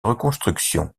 reconstruction